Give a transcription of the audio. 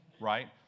right